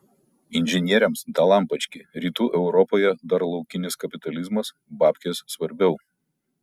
inžinieriams dalampački rytų europoje dar laukinis kapitalizmas babkės svarbiau